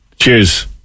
Cheers